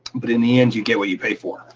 but in the end, you get what you pay for,